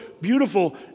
beautiful